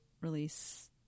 release